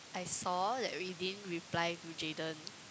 I saw that we didn't reply to Jayden